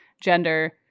gender